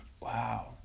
Wow